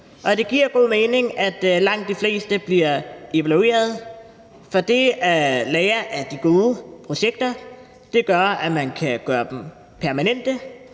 og det giver god mening, at langt de fleste bliver evalueret, for det at lære af de gode projekter gør, at man kan gøre dem, som er